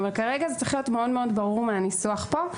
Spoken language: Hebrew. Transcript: אבל כרגע זה צריך להיות מאוד-מאוד ברור מהניסוח פה,